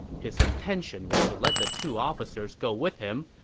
his intention was to let the two officers go with him,